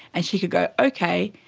and she could go, okay,